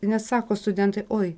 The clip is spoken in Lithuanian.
nesako studentai oi